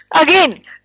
Again